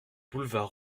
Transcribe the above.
boulevard